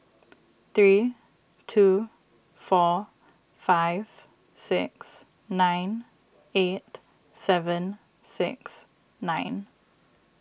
three two four five six nine eight seven six nine